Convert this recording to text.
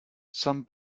some